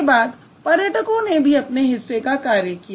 इसके बाद पर्यटकों ने भी अपने हिस्से का कार्य किया